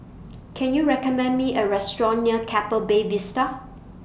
Can YOU recommend Me A Restaurant near Keppel Bay Vista